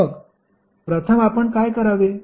मग प्रथम आपण काय करावे